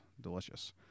delicious